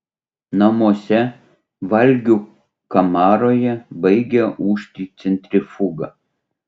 namuose valgių kamaroje baigia ūžti centrifuga